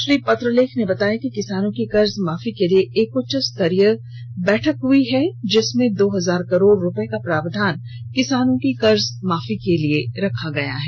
श्री पत्रलेख ने बताया कि किसानों के कर्ज माफी के लिए एक उच्च स्तरीय बैठक हुई है इसमें दो हजार करोड़ रुपये का प्रावधान किसानों की कर्ज माफी के लिए रखा गया है